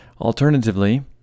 Alternatively